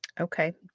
Okay